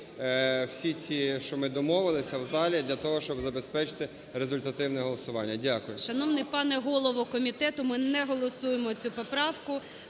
всі ці, що ми домовилися в залі, для того щоб забезпечити результативне голосування. Дякую. ГОЛОВУЮЧИЙ. Шановний пане голово комітету, ми не голосуємо цю поправку